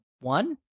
one